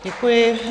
Děkuji.